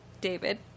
David